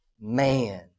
man